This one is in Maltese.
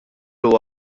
huwa